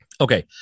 Okay